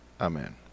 Amen